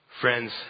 Friends